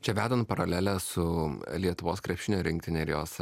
čia vedant paraleles su lietuvos krepšinio rinktine ir jos